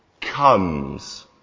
comes